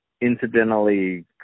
incidentally